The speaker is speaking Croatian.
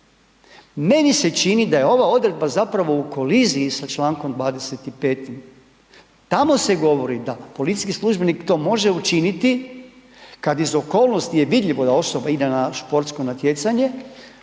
Meni se čini da je ova odredba zapravo u koliziji sa čl. 25., tamo se govori da policijski službenik to može učiniti kad iz okolnosti je vidljivo da osoba ide na športsko natjecanje